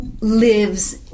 lives